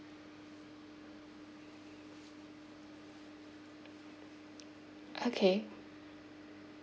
okay